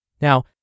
Now